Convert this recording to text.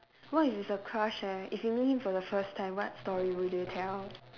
what if it's your crush eh if you meet for the first time what story would you tell